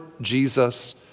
Jesus